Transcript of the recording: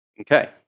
Okay